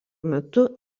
metu